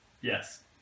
yes